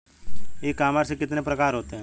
ई commerce के कितने प्रकार होते हैं?